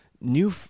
new